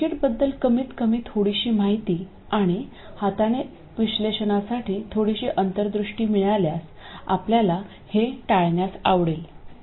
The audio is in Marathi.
सर्किटबद्दल कमीतकमी थोडीशी माहिती आणि हाताने विश्लेषणासाठी थोडीशी अंतर्दृष्टी मिळाल्यास आपल्याला हे टाळण्यास आवडेल